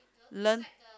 learn